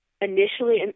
initially